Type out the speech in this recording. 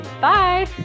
bye